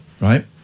right